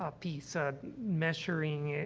ah piece, ah, measuring, yeah